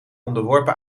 onderworpen